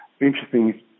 interesting